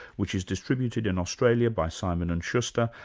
which is distributed in australia by simon and schuster,